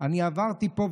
אני עברתי פה,